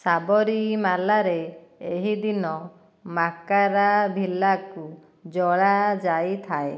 ସାବରିମାଲାରେ ଏହି ଦିନ ମକରଭିଲାକ୍କୁ ଜଳାଯାଇଥାଏ